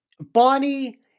Bonnie